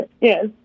Yes